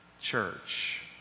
church